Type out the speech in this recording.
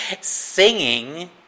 singing